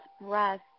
breath